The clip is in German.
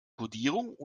kodierung